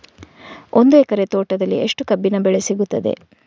ಒಂದು ಎಕರೆ ತೋಟದಲ್ಲಿ ಎಷ್ಟು ಕಬ್ಬಿನ ಬೆಳೆ ಸಿಗುತ್ತದೆ?